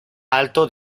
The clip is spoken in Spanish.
alto